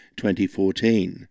2014